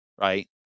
Right